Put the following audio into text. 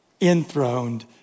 enthroned